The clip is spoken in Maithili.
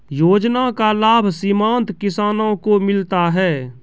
योजना का लाभ सीमांत किसानों को मिलता हैं?